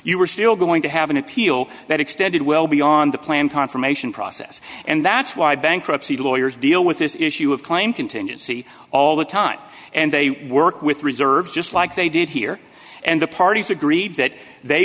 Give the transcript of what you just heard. you were still going to have an appeal that extended well beyond the planned confirmation process and that's why bankruptcy lawyers deal with this issue of claim contingency all the time and they work with reserves just like they did here and the parties agreed that they